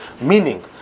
Meaning